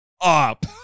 up